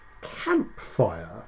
campfire